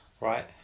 Right